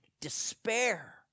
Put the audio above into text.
despair